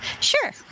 Sure